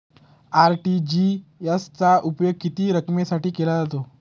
RTGS चा उपयोग किती रकमेसाठी केला जातो?